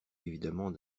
évidemment